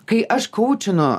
kai aš kaučinu